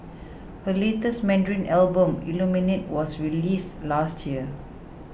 her latest Mandarin Album Illuminate was released last year